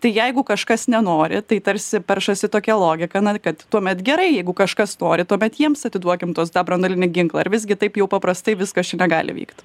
tai jeigu kažkas nenori tai tarsi peršasi tokia logika na kad tuomet gerai jeigu kažkas nori tuomet jiems atiduokim tuos tą branduolinį ginklą ar visgi taip jau paprastai viskas čia negali vykt